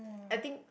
I think